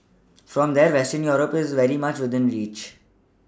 from there Western Europe is very much within reach